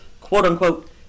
quote-unquote